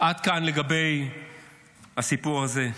עד כאן לגבי הסיפור הזה.